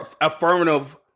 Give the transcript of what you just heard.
affirmative